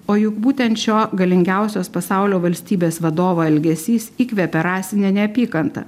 o juk būtent šio galingiausios pasaulio valstybės vadovo elgesys įkvepia rasinę neapykantą